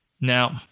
Now